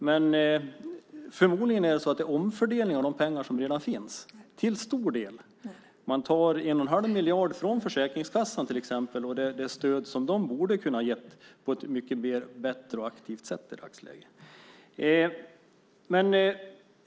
Men förmodligen är det till stor del en omfördelning av de pengar som redan finns. Man tar till exempel 1 1⁄2 miljard från Försäkringskassan och det stöd som de där borde ha kunnat ge på ett mycket bättre och mer aktivt sätt i dagsläget.